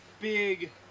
big